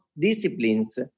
disciplines